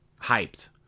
hyped